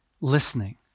listening